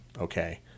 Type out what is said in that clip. Okay